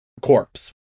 corpse